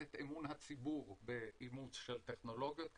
את אמון הציבור באימוץ של טכנולוגיות כאלה.